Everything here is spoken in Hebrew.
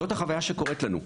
זאת החוויה שקורית לנו,